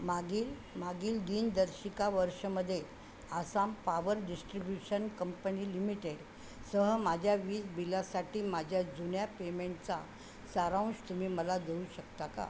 मागील मागील दिनदर्शिका वर्षामध्ये Assam power distribution company limited सह माझ्या वीज बिलासाठी माझ्या जुन्या पेमेंटचा सारांश तुम्ही मला देऊ शकता का